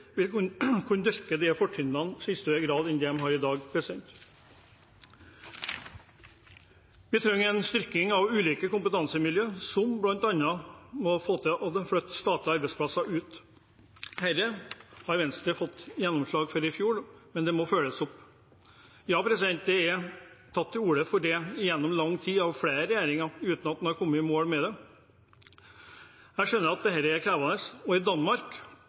vil også gjøre at regioner med sterke fortrinn vil kunne dyrke fortrinnene i større grad enn de kan i dag. Vi trenger en styrking av ulike kompetansemiljø, som man bl.a. får til ved å flytte statlige arbeidsplasser ut. Dette fikk Venstre gjennomslag for i fjor, men det må følges opp. Det er tatt til orde for dette gjennom lang tid av flere regjeringer, uten at en har kommet i mål med det. Jeg skjønner at dette er krevende. I Danmark